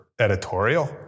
editorial